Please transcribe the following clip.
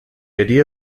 idea